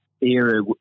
era